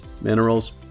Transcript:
minerals